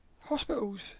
hospitals